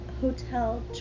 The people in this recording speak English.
hotel